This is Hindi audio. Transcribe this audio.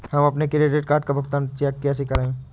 हम अपने क्रेडिट कार्ड का भुगतान चेक से कैसे करें?